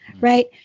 right